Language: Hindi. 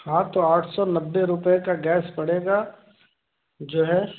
हाँ तो आठ सौ नब्बे रुपये का गैस पड़ेगा जो है